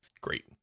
Great